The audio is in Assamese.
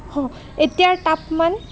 এতিয়াৰ তাপমান